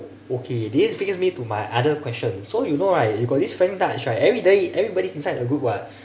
okay this brings me to my other question so you know right you got this frank dutch right everybody everybody's inside the group [what]